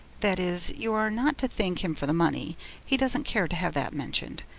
that is you are not to thank him for the money he doesn't care to have that mentioned,